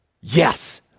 Yes